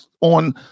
on